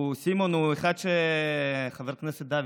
סימון הוא אחד, חבר הכנסת דוידסון,